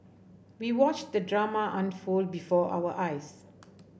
we watched the drama unfold before our eyes